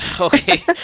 Okay